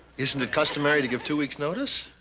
isn't it customary to give two-weeks' notice?